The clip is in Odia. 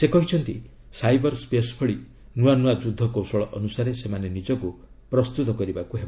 ସେ କହିଛନ୍ତି ସାଇବର୍ ସେସ୍ ଭଳି ନୂଆ ନୂଆ ଯୁଦ୍ଧକୌଶଳ ଅନୁସାରେ ସେମାନେ ନିଜକୁ ପ୍ରସ୍ତୁତ କରିବାକୁ ହେବ